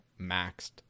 maxed